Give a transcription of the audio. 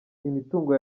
imitungo